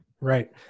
Right